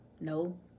no